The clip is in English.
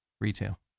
retail